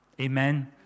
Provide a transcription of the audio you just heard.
Amen